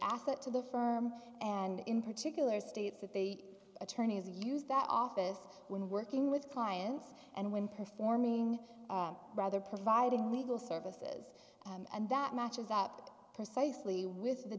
asset to the firm and in particular states that the attorneys use that office when working with clients and when performing rather providing legal services and that matches up precisely with the